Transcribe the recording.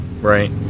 right